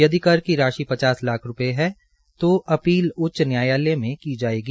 यदि कर की राशि पचास लाख रूपये है तो अपील उच्च न्यायालय में की जायेगी